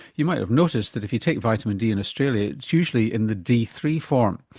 you might have noticed that if you take vitamin d in australia it's usually in the d three form.